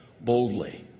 boldly